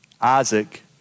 Isaac